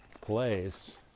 place